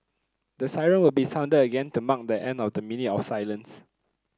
the siren will be sounded again to mark the end of the minute of silence